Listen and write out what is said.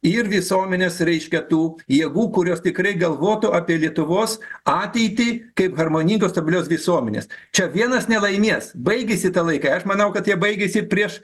ir visuomenės reiškia tų jėgų kurios tikrai galvotų apie lietuvos ateitį kaip harmoningos stabilios visuomenės čia vienas nelaimės baigėsi tie laikai aš manau kad jie baigėsi prieš